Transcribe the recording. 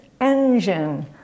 engine